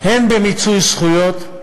הן במיצוי זכויות,